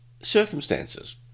circumstances